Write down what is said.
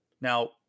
Now